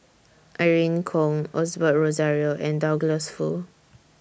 Irene Khong Osbert Rozario and Douglas Foo